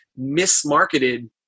mismarketed